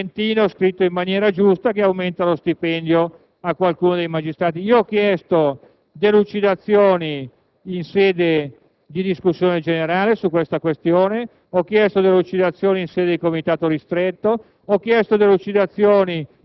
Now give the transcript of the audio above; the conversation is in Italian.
già che stavano scrivendo, perché non dare un ritocchino allo stipendio di qualche magistrato? L'occasione era troppo ghiotta. Poi siamo noi politici ad essere tacciati per i costi della politica, eccetera, eccetera, eccetera. *(Applausi